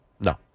No